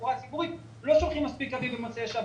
התחבורה הציבורית לא שולחים מספיק קווים במוצאי שבת.